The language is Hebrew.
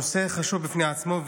נושא חשוב בפני עצמו.